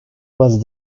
was